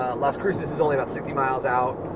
las cruces is only about sixty miles out.